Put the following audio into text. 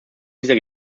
dieser